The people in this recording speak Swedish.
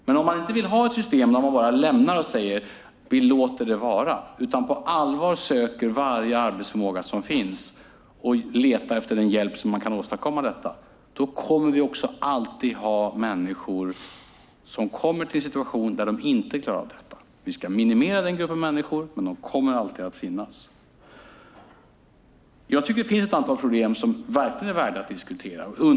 Men vill vi inte ha ett system där vi bara lämnar och låter det vara utan på allvar söker varje arbetsförmåga som finns och letar efter den hjälp som behövs för att åstadkomma detta kommer vi alltid att ha människor som inte klarar av det. Vi ska minimera denna grupp, men den kommer alltid att finnas. Det finns ett antal underskattade problem som verkligen är värda att diskutera.